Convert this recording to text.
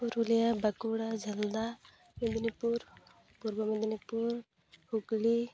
Purulia Bankura Jhalda Midnapore Purba Midnapore Hooghly